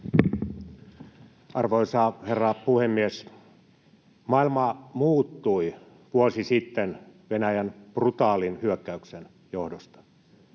Arvoisa herra puhemies! Maailma muuttui vuosi sitten Venäjän brutaalin hyökkäyksen johdosta.